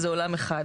זה עולם אחד.